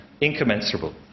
incommensurable